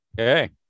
Okay